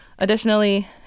Additionally